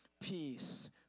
peace